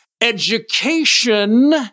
Education